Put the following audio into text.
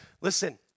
listen